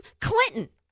Clinton